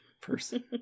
person